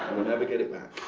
never get it back.